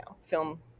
film